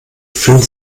fühlen